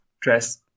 dress